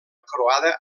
croada